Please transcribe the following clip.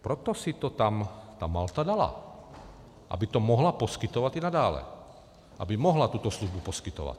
Proto si to tam ta Malta dala, aby to mohla poskytovat i nadále, aby mohla tuto službu poskytovat.